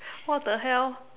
what the hell